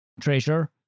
treasure